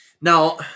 Now